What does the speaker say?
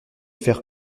faire